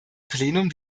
plenum